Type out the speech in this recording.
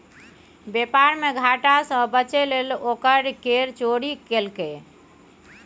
बेपार मे घाटा सँ बचय लेल ओ कर केर चोरी केलकै